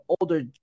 older